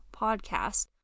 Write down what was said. podcast